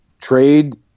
trade